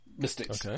Mystics